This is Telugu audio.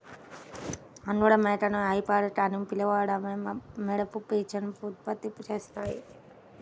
అంగోరా మేకలు మోహైర్ అని పిలువబడే మెరుపు పీచును ఉత్పత్తి చేస్తాయి